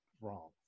wrong